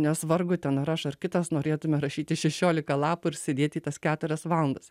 nes vargu ten ar aš ar kitas norėtume rašyti šešiolika lapų ir sėdėti tas keturias valandas